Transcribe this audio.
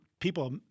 People